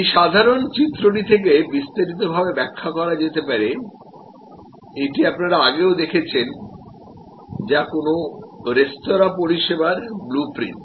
এই সাধারণ চিত্রটি থেকে বিস্তারিতভাবে ব্যাখ্যা করা যেতে পারে এটি আপনারা আগেও দেখেছেন যা কোনও রেস্তোঁরা পরিষেবার ব্লু প্রিন্ট